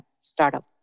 startup